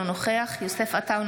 אינו נוכח יוסף עטאונה,